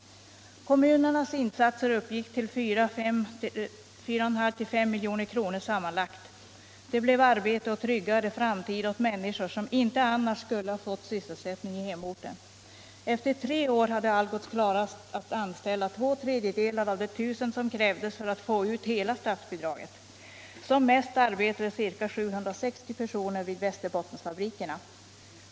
Kommunernas insatser uppgick till mellan 4,5 och 5 milj.kr. sammanlagt. Det blev arbete och tryggare framtid åt människor som annars inte skulle ha fått sysselsättning i hemorten. Efter tre år hade Algots klarat att anställa två tredjedelar av de 1000 som krävdes för att få ut hela statsbidraget. Som mest arbetade ca 760 personer vid Västerbottensfabrikerna.